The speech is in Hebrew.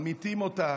ממיתים אותה